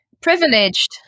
privileged